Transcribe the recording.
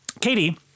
Katie